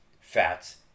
fats